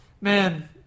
man